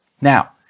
Now